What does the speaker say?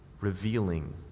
revealing